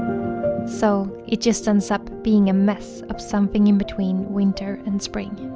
so it just ends up being a mess of something in between winter and spring